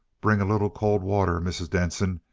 bring a little cold water, mrs. denson.